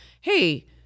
Hey